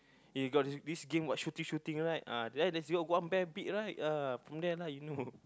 you got this game what shooting shooting right ah there there's this one bear big right ah from there lah you know